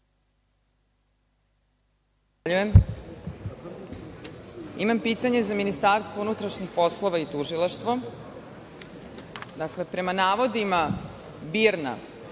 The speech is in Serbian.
Imam pitanje za Ministarstvo unutrašnjih poslova i tužilaštvo. Prema navodima BIRN-a,